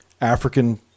African